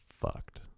fucked